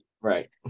Right